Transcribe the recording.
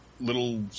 little